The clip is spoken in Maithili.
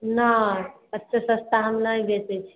नहि एतेक सस्ता हम नहि बेचै छिए